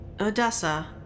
Odessa